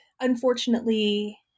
unfortunately